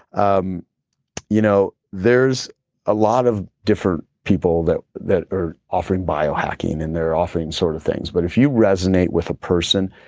um you know there's a lot of different people that that are offering biohacking and they're offering sort of things, but if you resonate with a person,